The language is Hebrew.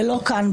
ולא כאן,